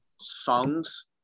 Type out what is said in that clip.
songs